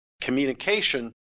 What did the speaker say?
communication